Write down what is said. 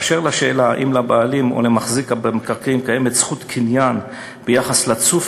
באשר לשאלה אם לבעלים או למחזיק במקרקעין קיימת זכות קניין ביחס לצוף